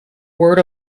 word